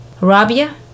Rabia